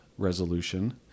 resolution